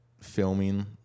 filming